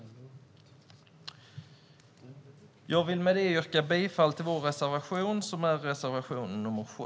Jag yrkar bifall till vår reservation, nr 7.